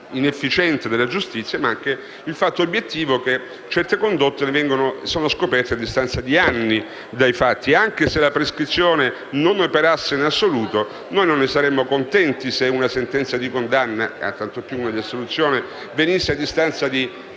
macchina della giustizia, ma anche il fatto obiettivo che certe condotte vengono scoperte a distanza di anni dai fatti. Anche se la prescrizione non operasse in assoluto, noi non saremmo contenti se una sentenza di condanna, e tanto più una di assoluzione, arrivassero a distanza di